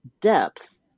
depth